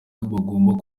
bagomba